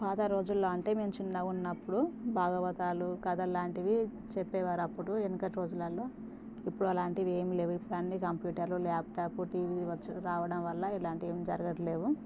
పాతరోజుల్లో అంటే మేము చిన్నగున్నప్పుడు భాగవతాలు కథల్లాంటివి చెప్పేవారప్పుడు వెనకటి రోజులల్లో ఇప్పుడు అలాంటివి ఏంలేవు ఇప్పుడన్నీ కంప్యూటర్లు ల్యాప్టాపు టీవీ వచ్చు రావడం వల్ల ఇలాంటివి ఏం జరగట్లేవు